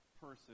person